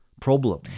problem